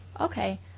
Okay